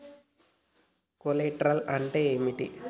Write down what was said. Collaterals అంటే ఏంటిది?